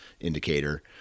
indicator